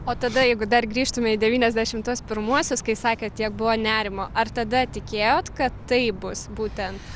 o tada jeigu dar grįžtume į devyniasdešim tuos pirmuosius kai sakėt tiek buvo nerimo ar tada tikėjot kad taip bus būtent